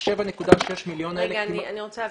אני רוצה להבין.